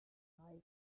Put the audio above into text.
lying